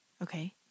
Okay